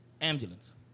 ambulance